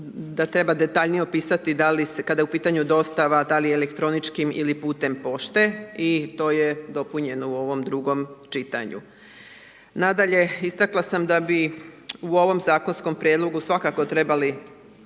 da treba detaljnije opisati, kada je u pitanje dostava, da li je elektroničkim ili putem pošte i to je dopunjeno u ovom drugom čitanju. Nadalje, istakla sam da bi u ovom zakonskom prijedlogu svakako trebalo